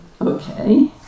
Okay